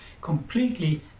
completely